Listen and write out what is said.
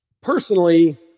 Personally